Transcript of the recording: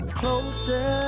closer